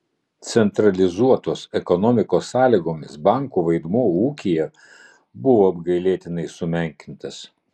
centralizuotos ekonomikos sąlygomis bankų vaidmuo ūkyje buvo apgailėtinai sumenkintas